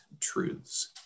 truths